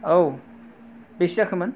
औ बेसे जाखोमोन